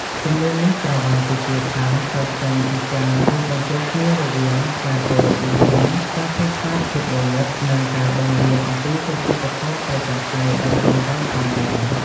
ជំនឿនេះត្រូវបានគេជឿថា កើតចេញពីការរួមបញ្ចូលគ្នារវាង ការគោរពវិញ្ញាណ ការភ័យខ្លាចភាពងងឹត និង ការបង្រៀនអំពីសុជីវធម៌ប្រចាំថ្ងៃដល់កូនចៅផងដែរ ។